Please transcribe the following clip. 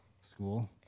School